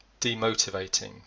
demotivating